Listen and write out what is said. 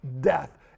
death